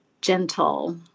gentle